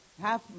half